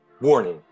Warning